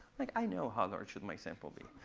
like, i know how large should my sample be.